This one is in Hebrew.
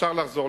אפשר לחזור.